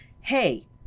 hey